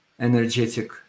energetic